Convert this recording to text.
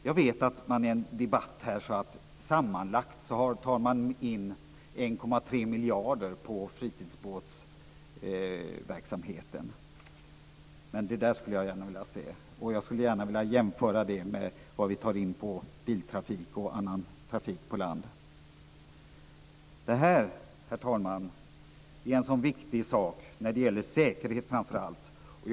Jag vet att det i en debatt här i kammaren har sagts att man sammanlagt tar in 1,3 miljarder på fritidsbåtsverksamheten. Det skulle jag gärna vilja se, och jag skulle gärna vilja jämföra det med vad vi tar in på biltrafik och annan trafik på land. Herr talman! Det här är en viktig sak, framför allt när det gäller säkerhet.